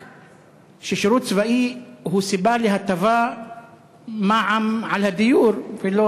ששירות צבאי הוא רק סיבה להטבה של מע"מ על הדיור ולא